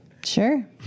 Sure